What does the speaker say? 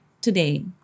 today